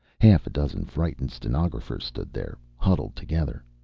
half a dozen frightened stenographers stood there, huddled together.